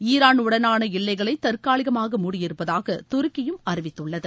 Iran உடனான எல்லைகளை தற்காலிகமாக மூடியிருப்பதாக துருக்கியும் அறிவித்துள்ளது